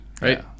right